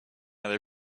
other